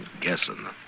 guessing